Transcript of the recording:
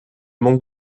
manque